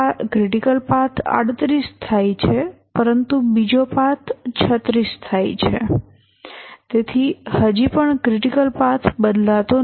critical path 38 થાય છે પરંતુ બીજો પાથ 36 થાય છે તેથી હજી પણ ક્રિટિકલ પાથ બદલાતો નથી